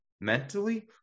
mentally